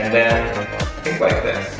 then like this.